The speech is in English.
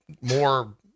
more